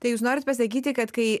tai jūs norit pasakyti kad kai